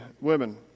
women